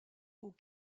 aux